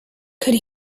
could